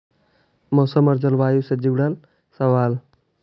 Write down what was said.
मौसम और जलवायु से जुड़ल सवाल?